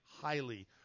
highly